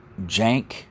jank